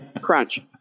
crunch